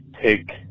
take